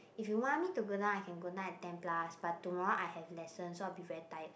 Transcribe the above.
if you want me to go down I can go down at ten plus but tomorrow I have lesson so I will be very tired